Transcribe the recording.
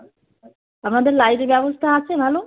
আপনাদের লাইটের ব্যবস্থা আছে ভালো